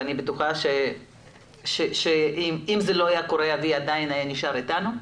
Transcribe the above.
ואני בטוחה שאם זה לא היה קורה אבי עדיין היה נשאר איתנו,